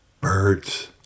birds